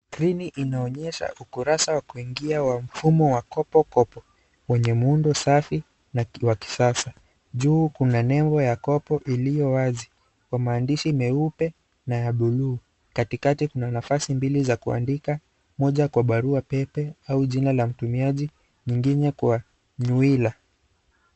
Skrini inaonyesha ukurasa wa kuingia wa mfumo wa KopoKopo wenye muundo safi na wa kisasa. Juu kuna nembo ya Kopo iliyo wazi kwa maandishi meupe na ya buluu. Katikati kuna nafasi mbili za kuandika moja kwa barua pepe au jina la mtumiaji nyingine kwa nuwila.